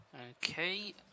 Okay